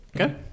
okay